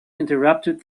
interrupted